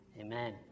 Amen